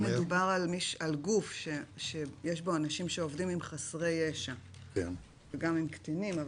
אם מדובר על גוף שיש בו אנשים שעובדים עם חסרי ישע וגם עם קטינים,